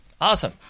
Awesome